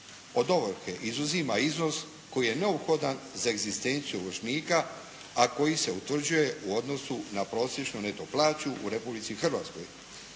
od ovrhe izuzima iznos koji je neophodan za egzistenciju ovršenika, a koji se utvrđuje u odnosu na prosječnu neto plaću u Republici Hrvatskoj